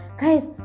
guys